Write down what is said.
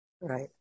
Right